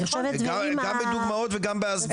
גם בדוגמאות וגם בהסברה.